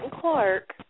Clark